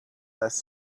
less